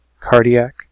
cardiac